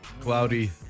cloudy